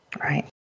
Right